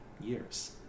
years